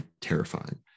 terrifying